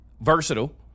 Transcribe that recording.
versatile